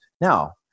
Now